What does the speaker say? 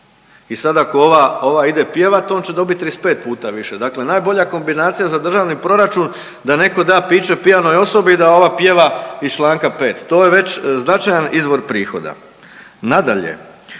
i sad ako ova, ova ide pjevat on će dobit 35 puta više. Dakle, najbolja kombinacija za Državni proračun da netko da piće pijanoj osobi i da ova pjeva iz Članka 5. to je već značajan izvor prihoda. Nadalje,